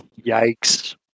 Yikes